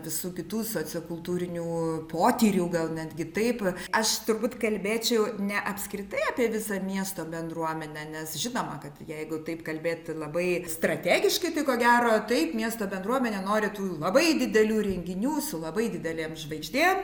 visų kitų sociokultūrinių potyrių gal netgi taip aš turbūt kalbėčiau ne apskritai apie visą miesto bendruomenę nes žinoma kad jeigu taip kalbėt labai strategiškai tai ko gero taip miesto bendruomenė nori tų labai didelių renginių su labai didelėm žvaigždėm